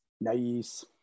Nice